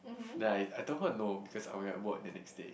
then I I told her no because I only had work the next day